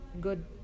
good